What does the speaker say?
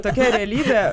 tokia realybė